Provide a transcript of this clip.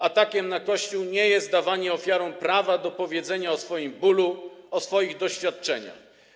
Atakiem na Kościół nie jest dawanie ofiarom prawa do powiedzenia o swoim bólu, o swoich doświadczeniach.